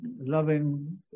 loving